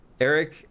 Eric